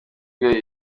bwe